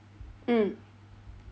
mm